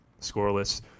scoreless